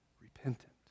repentant